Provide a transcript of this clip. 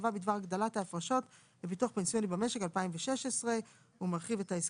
הגדלת ההפרשות לביטוח פנסיוני במשק 2016 שמרחיב את הוראות